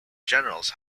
generals